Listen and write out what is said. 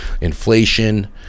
inflation